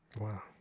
Wow